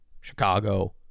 Chicago